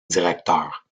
directeurs